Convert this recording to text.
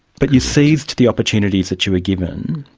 but you seized the opportunities that you were given.